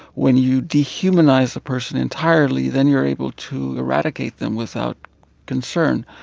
when you dehumanize a person entirely, then you are able to eradicate them without concern.